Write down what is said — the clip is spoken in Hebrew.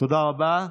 תודה רבה.